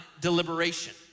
deliberation